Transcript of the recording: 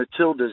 Matildas